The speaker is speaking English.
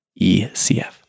ecf